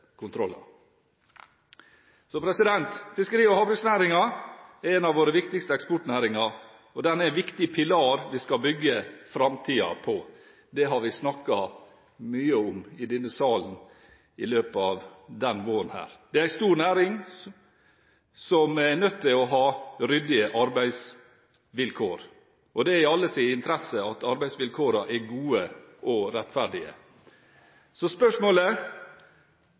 Fiskeri- og havbruksnæringen er en av våre viktigste eksportnæringer, og den er en viktig pilar som vi skal bygge framtiden på. Det har vi snakket mye om i denne salen i løpet av denne våren. Det er en stor næring, som er nødt til å ha ryddige arbeidsvilkår. Det er i alles interesse at arbeidsvilkårene er gode og rettferdige. Spørsmålet er: